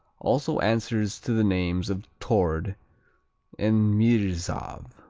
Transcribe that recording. also answers to the names of tord and mrsav.